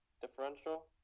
differential